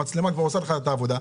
המצלמה כבר עושה לך את העבודה,